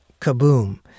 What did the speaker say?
kaboom